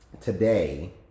today